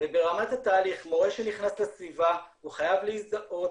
וברמת התהליך מורה שנכנס לסביבה חייב להזדהות